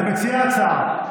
אתה מציע ההצעה.